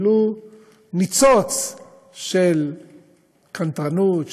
ולו ניצוץ של קנטרנות,